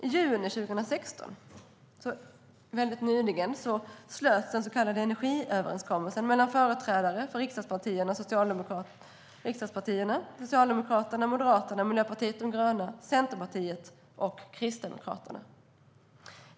I juni 2016, alltså nyligen, slöts den så kallade energiöverenskommelsen mellan företrädare för riksdagspartierna Socialdemokraterna, Moderaterna, Miljöpartiet de gröna, Centerpartiet och Kristdemokraterna.